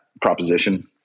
proposition